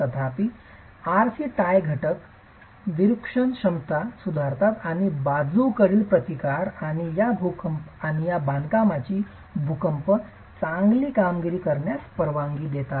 तथापि RC tie घटक विरूपण क्षमता सुधारतात आणि बाजूकडील प्रतिकार आणि या बांधकामांची भूकंप चांगली कामगिरी करण्यास परवानगी देतात